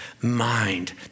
mind